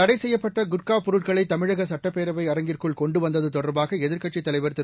தடை செய்யப்பட்ட குட்கா பொருட்களை தமிழக சுட்டப்பேரவை அரங்கிற்குள் கொண்டு வந்தது தொடர்பாக எதிர்க்கட்சித் தலைவர் திரு